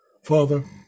Father